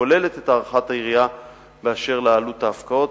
הכוללת את הערכת העירייה באשר לעלות ההפקעות,